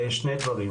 שני דברים,